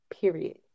period